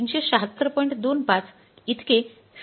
25 इतके favourable variance मिळाले आहे